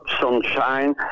sunshine